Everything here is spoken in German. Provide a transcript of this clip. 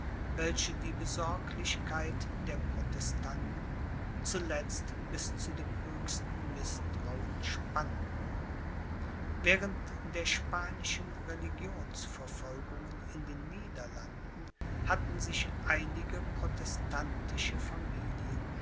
welche die besorglichkeit der protestanten zuletzt bis zu dem höchsten mißtrauen spannten während der spanischen religionsverfolgungen in den niederlanden hatten sich einige protestantische familien